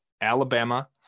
Alabama